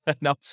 No